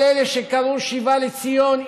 כל אלה שקראו לשיבה לציון,